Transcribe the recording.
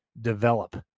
develop